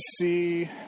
see